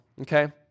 okay